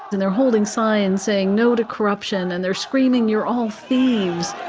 and they're holding signs saying, no to corruption. and they're screaming, you're all thieves.